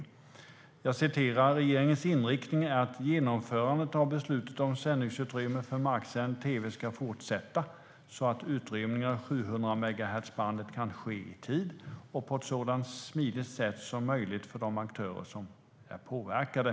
I svaret säger han: "Regeringens inriktning är att genomförandet av beslutet om sändningsutrymme för marksänd tv ska fortsätta, så att utrymningen av 700megahertzbandet kan ske i tid och på ett så smidigt sätt som möjligt för de aktörer som är påverkade."